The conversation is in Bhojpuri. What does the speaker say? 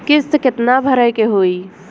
किस्त कितना भरे के होइ?